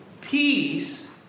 Peace